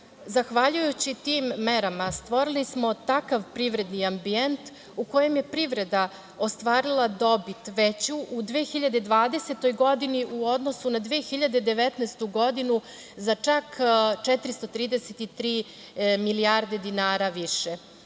Zahvaljujući tim merama stvorili smo takav privredni ambijent u kojem je privreda ostvarila dobit veću u 2020. godini u odnosu na 2019. godinu za čak 433 milijarde dinara više.